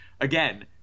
again